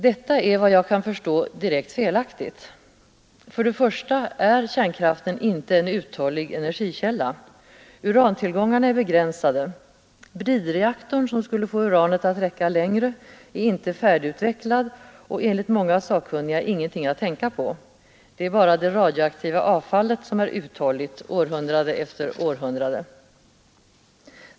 Detta är vad jag kan förstå direkt felaktigt. Först och främst är kärnkraften inte en uthållig energikälla. Urantillgångarna är begränsade. Bridreaktorn som skulle få uranet att räcka längre, är inte färdigutvecklad och enligt många sakkunniga ingenting att tänka på. Det är bara det radioaktiva avfallet som är uthålligt århundrade efter århundrade.